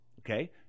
Okay